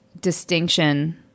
distinction